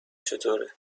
چطوره